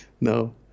No